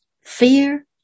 Fear